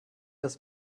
das